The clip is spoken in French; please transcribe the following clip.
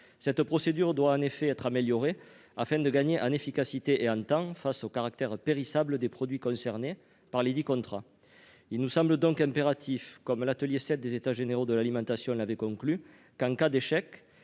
Cette procédure doit en effet être améliorée afin de gagner en efficacité et en temps face au caractère périssable des produits concernés par les contrats. Il nous semble donc impératif, comme l'atelier 7 des États généraux de l'alimentation l'avait proposé, de mettre